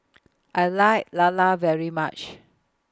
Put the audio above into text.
I like Lala very much